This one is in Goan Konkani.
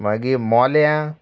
मागीर मोल्या